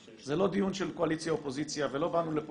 זה לא דיון של קואליציה-אופוזיציה ולא באנו לפה